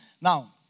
Now